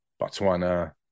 Botswana